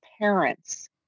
parents